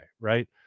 right